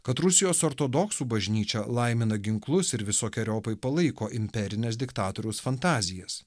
kad rusijos ortodoksų bažnyčia laimina ginklus ir visokeriopai palaiko imperines diktatoriaus fantazijas